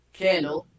candle